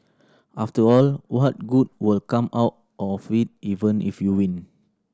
after all what good will come out of it even if you win